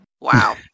Wow